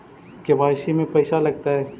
KYC में पैसा लगतै?